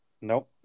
Nope